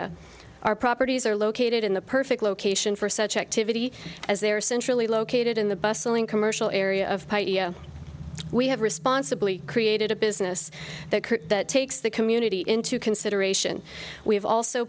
f our properties are located in the perfect location for such activity as their centrally located in the bustling commercial area of pipe we have responsibly created a business that takes the community into consideration we have also